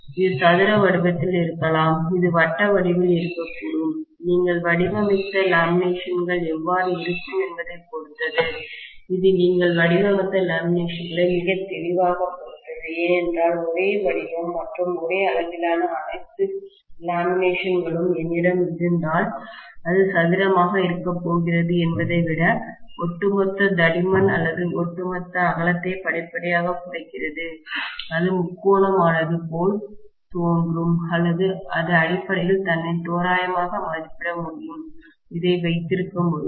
இது சதுர வடிவத்தில் இருக்கலாம் அது வட்ட வடிவில் இருக்கக்கூடும் நீங்கள் வடிவமைத்த லேமினேஷன்கள் எவ்வாறு இருக்கும் என்பதைப் பொறுத்தது இது நீங்கள் வடிவமைத்த லேமினேஷன்களை மிகத் தெளிவாகப் பொறுத்தது ஏனென்றால் ஒரே வடிவம் மற்றும் ஒரே அளவிலான அனைத்து லேமினேஷன்களும் என்னிடம் இருந்தால் அது சதுரமாக இருக்கப் போகிறது என்பதை விட இது ஒட்டுமொத்த தடிமன் அல்லது ஒட்டுமொத்த அகலத்தை படிப்படியாகக் குறைக்கிறது அது முக்கோணமானது போல் தோன்றும் அல்லது அது அடிப்படையில் தன்னை தோராயமாக மதிப்பிட முடியும் இதை வைத்திருக்க முடியும்